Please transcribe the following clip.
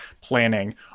planning